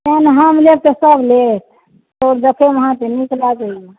तेँ ने हम लेब तऽ सब लेत चाउर देखैमे अहाँके नीक लागैए